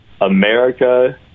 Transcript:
America